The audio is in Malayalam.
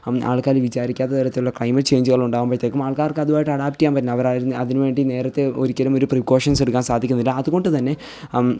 ആൾക്കാർ വിചാരിക്കാത്ത തരത്തിലുള്ള ക്ലൈമറ്റ് ചെയിഞ്ചുകളുണ്ടാകുമ്പോഴത്തേക്കും ആൾക്കാർക്ക് അതുവായിട്ട് അഡാപ്റ്റ് ചെയ്യാൻ പറ്റണം അവർ അതിന് വേണ്ടി നേരത്തേ ഒരിക്കലും ഒരു പ്രീക്കോഷൻസ് എടുക്കാൻ സാധിക്കുന്നില്ല അതുകൊണ്ടു തന്നെ